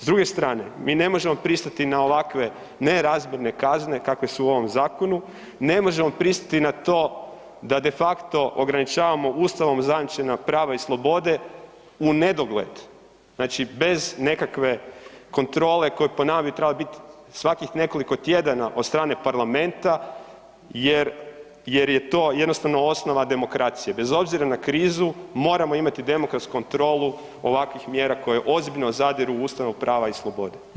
S druge strane mi ne možemo pristati na ovakve nerazmjerne kazne kakve su u ovom zakonu, ne možemo pristati na to da de facto ograničavamo Ustavom zajamčena prava i slobode u nedogled, znači bez nekakve kontrole koja po nama bi trebala bit svakih nekoliko tjedana od strane parlamenta jer, jer je to jednostavno osnova demokracije, bez obzira na krizu moramo imati demokratsku kontrolu ovakvih mjera koje ozbiljno zadiru u ustavna prava i slobode.